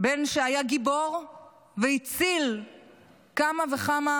בן שהיה גיבור והציל כמה וכמה